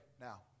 now